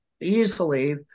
easily